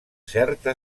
certa